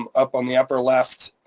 um up on the upper left,